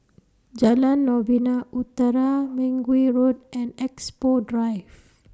Jalan Novena Utara Mergui Road and Expo Drive